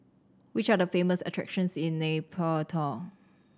which are the famous attractions in Nay Pyi Taw